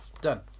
done